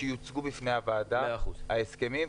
שיוצגו בפני הוועדה ההסכמים,